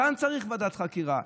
כאן צריך ועדת חקירה.